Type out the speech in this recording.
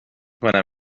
کنم